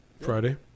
Friday